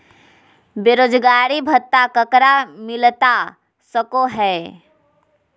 बेरोजगारी भत्ता ककरा मिलता सको है?